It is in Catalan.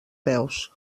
peus